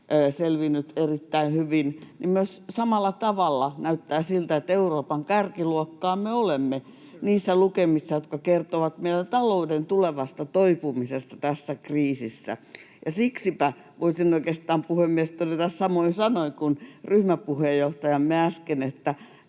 selvinnyt erittäin hyvin, samalla tavalla näyttää myös siltä, että Euroopan kärkiluokkaa me olemme niissä lukemissa, jotka kertovat meidän talouden tulevasta toipumisesta tässä kriisissä. Siksipä voisin oikeastaan, puhemies, todeta samoin sanoin kuin ryhmäpuheenjohtajamme äsken,